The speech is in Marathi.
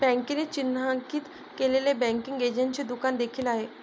बँकेने चिन्हांकित केलेले बँकिंग एजंटचे दुकान देखील आहे